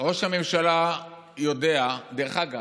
ראש הממשלה יודע, דרך אגב,